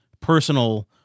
personal